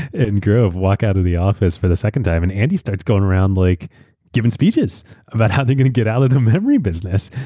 and grove walk out of the office for the second time. and andy starts going around like giving speeches about how they're going to get out of the memory business.